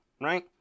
right